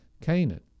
Canaan